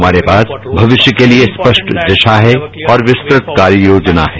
हमारे पास भविष्य के लिए स्पष्ट दिशा है और विस्तृत कार्ययोजना है